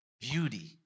beauty